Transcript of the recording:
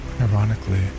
Ironically